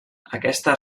aquesta